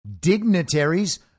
dignitaries